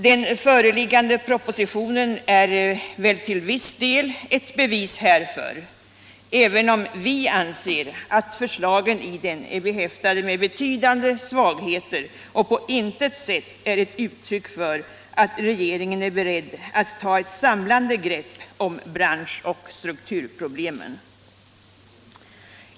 Den föreliggande propositionen är till viss del ett bevis härför, även om vi anser att förslagen i den är behäftade med betydande svagheter och på intet sätt är uttryck för att regeringen är beredd att ta ett samlande grepp om bransch och strukturproblem.